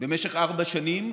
במשך ארבע שנים,